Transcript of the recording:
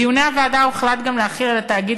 בדיוני הוועדה הוחלט גם להחיל על התאגיד